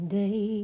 day